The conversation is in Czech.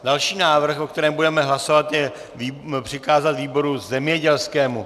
Další návrh, o kterém budeme hlasovat, je přikázat výboru zemědělskému.